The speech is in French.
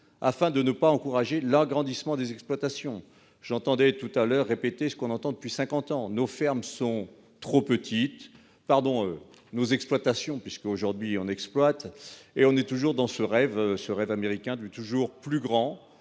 afin de ne pas encourager l'agrandissement des exploitations. J'entendais tout heure répéter ce qu'on entend depuis 50 ans nos fermes sont trop petites pardon nos exploitations puisqu'aujourd'hui, on exploite et on est toujours dans ce rêve ce rêve américain du toujours plus grand,